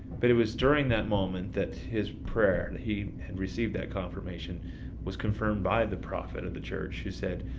but it was during that moment that his prayer and he had received that confirmation was confirmed by the prophet of the church. he said,